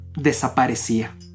desaparecía